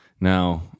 Now